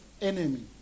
enemy